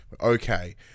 okay